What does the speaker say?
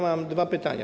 Mam dwa pytania.